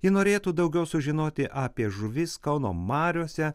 ji norėtų daugiau sužinoti apie žuvis kauno mariose